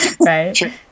right